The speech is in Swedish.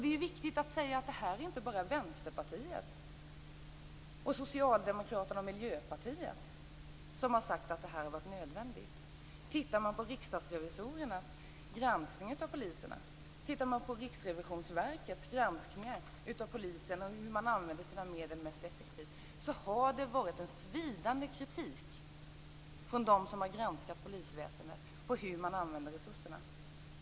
Det är viktigt att påpeka att det inte bara är Vänsterpartiet, Socialdemokraterna och Miljöpartiet som har sagt att det här har varit nödvändigt. Tittar man på riksdagsrevisorernas och Riksrevisionsverkets granskning av Polisen och hur man där använder sina medel mest effektivt ser man att det har kommit en svidande kritik från dem som har granskat polisväsendet av hur man använder resurserna.